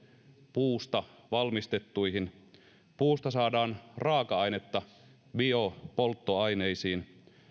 puusta valmistettuihin puusta saadaan raaka ainetta biopolttoaineisiin